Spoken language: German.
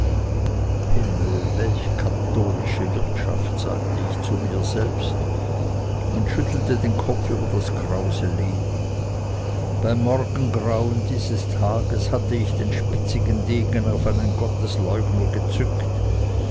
himmel welch katholische wirtschaft sagte ich zu mir selbst und schüttelte den kopf über das krause leben beim morgengrauen dieses tages hatte ich den spitzigen degen auf einen gottesleugner gezückt